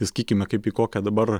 tai sakykime kaip į kokią dabar